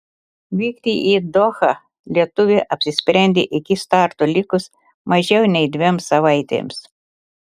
vykti į dohą lietuvė apsisprendė iki starto likus mažiau nei dviem savaitėms